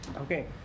Okay